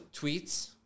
tweets